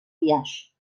biaix